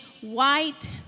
white